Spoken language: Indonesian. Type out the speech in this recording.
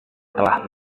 telah